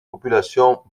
populations